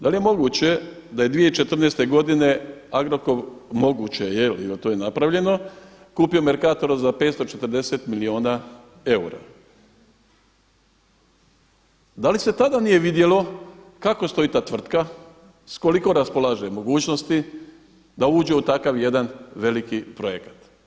Da li je moguće da je 2014. godine Agrokor, moguće je jel to je napravljeno, kupio Merkator za 540 milijuna eura, da li se tada nije vidjelo kako stoji ta tvrtka, s koliko raspolaže mogućnosti da uđe u takav jedan veliki projekat?